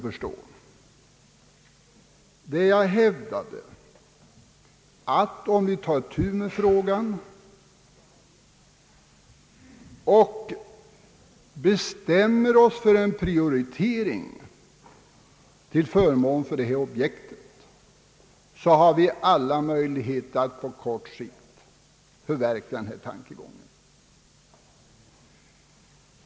Vad jag hävdade var att om vi tar itu med frågan och bestämmer oss för en prioritering till förmån för detta ändamål, har vi alla möjligheter att på kort sikt förverkliga denna tankegång.